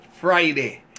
Friday